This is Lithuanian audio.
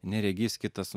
neregys kitas